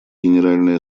генеральной